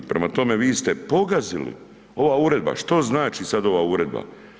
Prema tome, vi ste pogazili, ova uredba, što znači sad ova uredba?